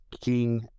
King